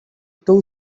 two